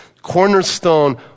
cornerstone